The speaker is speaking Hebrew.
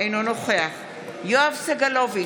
אינו נוכח יואב גלנט,